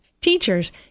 Teachers